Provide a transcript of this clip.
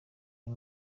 uyu